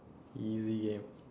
easy game